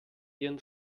ihren